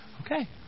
Okay